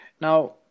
Now